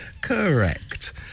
Correct